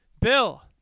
Bill